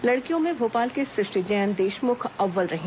लड़कियों में भोपाल की सुष्टि जैन देशमुख अव्वल रही